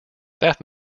staff